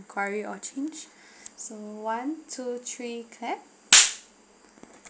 inquiry or change so one two three clap